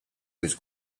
was